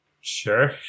sure